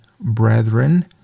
brethren